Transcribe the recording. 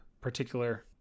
particular